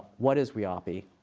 what is whiaapi?